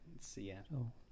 Seattle